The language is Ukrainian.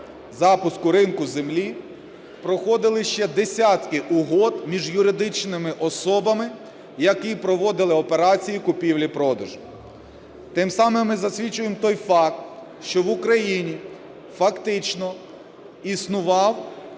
запуску ринку землі проходили ще десятки угод між юридичними особами, які проводили операції купівлі-продажу. Тим самим ми засвідчуємо той факт, що в Україні фактично існував